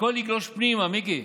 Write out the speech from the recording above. הכול יגלוש פנימה, מיקי.